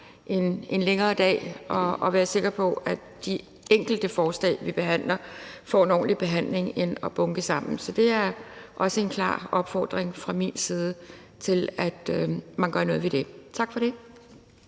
en længere dag og være sikker på, at de enkelte forslag, vi behandler, får en ordentlig behandling, end behandle forslagene bunket sammen. Så det er også en klar opfordring fra min side til, at man gør noget ved det. Tak for det.